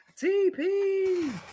TP